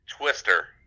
Twister